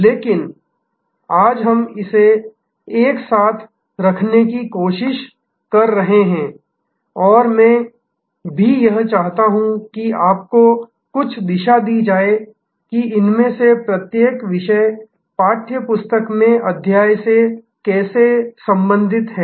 लेकिन आज हम इसे एक साथ रखने की कोशिश कर रहे हैं और मैं भी यही चाहता हूं कि आपको कुछ दिशा दी जाए कि इनमें से प्रत्येक विषय पाठ्य पुस्तक में अध्याय से कैसे संबंधित है